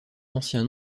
ancien